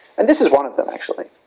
and this is one of them, actually.